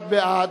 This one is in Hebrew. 41 בעד,